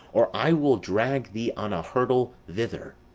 or i will drag thee on a hurdle thither.